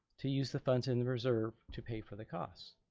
to use the funds in the reserve to pay for the costs.